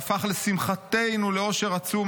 שהפך (לשמחתנו) לאושר עצום,